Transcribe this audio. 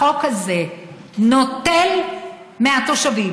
החוק הזה נוטל מהתושבים,